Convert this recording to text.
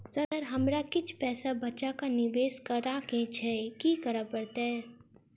Sir हमरा किछ पैसा बचा कऽ निवेश करऽ केँ छैय की करऽ परतै?